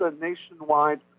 nationwide